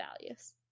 values